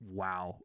wow